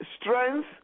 strength